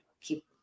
keep